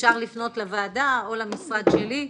אפשר לפנות לוועדה, או למשרד שלי,